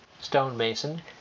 stonemason